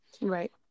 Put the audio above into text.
Right